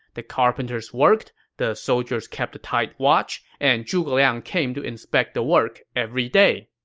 the carpenters worked, the soldiers kept a tight watch, and zhuge liang came to inspect the work every day.